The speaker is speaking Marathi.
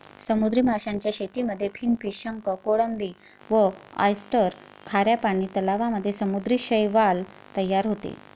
समुद्री माशांच्या शेतीमध्ये फिनफिश, शंख, कोळंबी व ऑयस्टर, खाऱ्या पानी तलावांमध्ये समुद्री शैवाल तयार होते